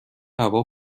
هوا